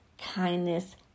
kindness